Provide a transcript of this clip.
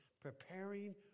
Preparing